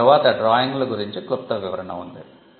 దీని తర్వాత డ్రాయింగ్ల గురించి క్లుప్త వివరణ ఉంది